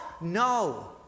No